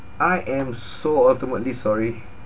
I am so ultimately sorry